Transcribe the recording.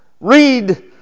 Read